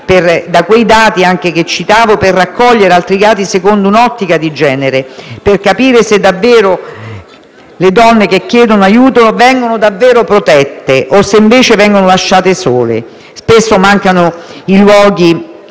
da quei dati che citavo, per raccogliere altri dati secondo un'ottica di genere, per capire se le donne che chiedono aiuto vengano davvero protette o se, invece, vengano lasciate sole. Spesso mancano i luoghi